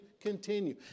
continue